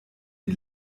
die